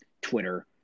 Twitter